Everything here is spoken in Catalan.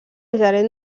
gerent